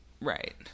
Right